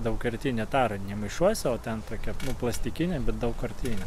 daugkartinę tarą ne maišuose o ten tokia plastikinė bet daugkartinė